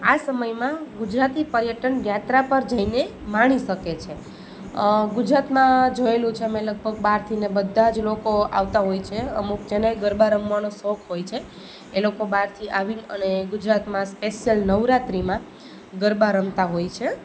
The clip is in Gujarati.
આ સમયમાં ગુજરાતી પર્યટન યાત્રા પર જઈને માણી શકે છે ગુજરાતમાં જોએલું છે અમે લગભગ બહારથી બધાં જ લોકો આવતાં હોય છે અમુક જેને ગરબા રમવાનો શોખ હોય છે એ લોકો બહારથી આવી અને ગુજરાતમાં સ્પેસિયલ નવરાત્રિમાં ગરબા રમતા હોય છે